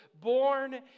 born